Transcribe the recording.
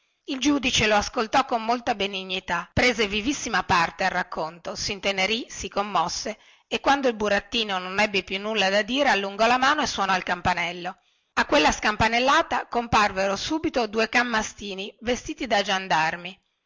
il giudice lo ascoltò con molta benignità prese vivissima parte al racconto sintenerì si commosse e quando il burattino non ebbe più nulla da dire allungò la mano e suonò il campanello a quella scampanellata comparvero subito due can mastini vestiti da giandarmi